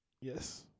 Yes